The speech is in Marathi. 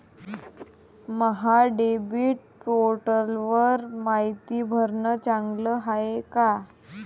महा डी.बी.टी पोर्टलवर मायती भरनं चांगलं हाये का?